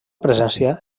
presència